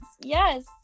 yes